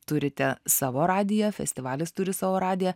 turite savo radiją festivalis turi savo radiją